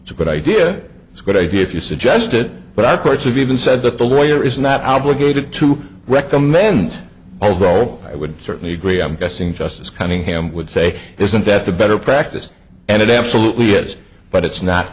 it's a good idea it's a good idea if you suggest it but i courts have even said that the lawyer is not obligated to recommend although i would certainly agree i'm guessing just as cunningham would say isn't that the better practice and it absolutely is but it's not